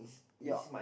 ya